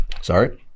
Sorry